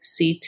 CT